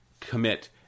commit